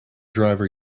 driver